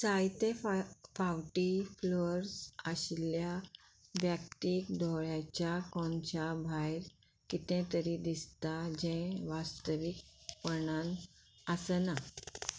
जायते फाव फावटी फ्लोर्स आशिल्ल्या व्यक्तीक धोळ्याच्या कोणच्या भायर कितें तरी दिसता जें वास्तवीकपणान आसना